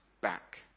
back